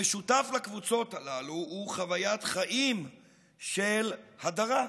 המשותף לקבוצות הללו הוא חוויית חיים של הדרה,